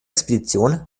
expedition